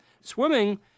swimming –